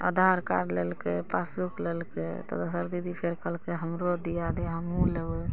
आधार कार्ड लेलकै पासबुक लेलकै तऽ दोसर दीदी फेर कहलकै हमरो दिया दे हमहूँ लेबै